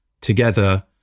together